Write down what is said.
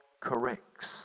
corrects